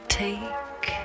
take